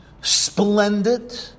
splendid